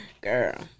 Girl